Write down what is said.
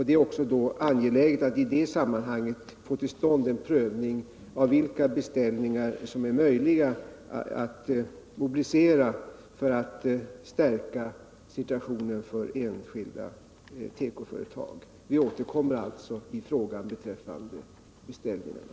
Det är också angeläget att i det sammanhanget få till stånd en prövning av vilka beställningar som är möjliga att mobilisera för att stärka situationen för enskilda tekoföretag. Vi återkommer alltså i frågan beträffande beställningarna.